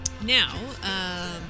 Now